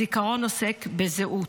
הזיכרון עוסק בזהות,